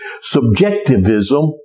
Subjectivism